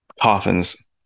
Coffins